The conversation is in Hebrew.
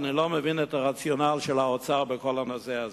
אני לא מבין את הרציונל של האוצר בכל הנושא הזה.